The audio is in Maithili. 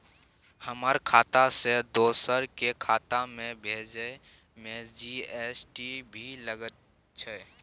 हमर खाता से दोसर के खाता में भेजै में जी.एस.टी भी लगैछे?